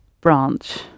branch